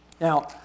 Now